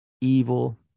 evil